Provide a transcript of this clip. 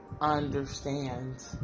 understand